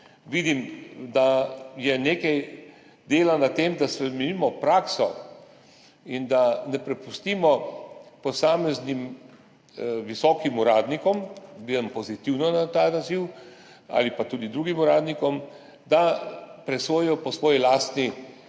vidim, da je nekaj dela s tem, da spremenimo prakso in da ne prepustimo posameznim visokim uradnikom, gledam pozitivno na ta naziv, ali pa tudi drugim uradnikom, da presojajo po svoji lastni